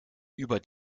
über